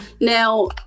Now